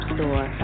Store